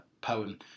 poem